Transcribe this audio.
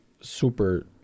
super